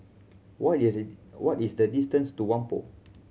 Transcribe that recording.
what is the what is the distance to Whampoa